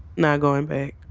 not going back.